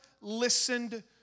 listened